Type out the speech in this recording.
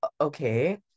Okay